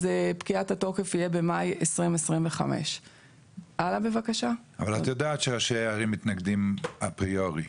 אז פקיעת התוקף יהיה במאי 2025. אבל את יודעת שערים מתנגדים אפריורי,